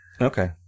Okay